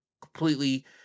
completely